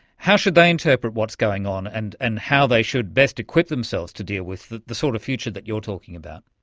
how should they interpret what's going on and and how they should best equip themselves to deal with the the sort of future that you're talking about?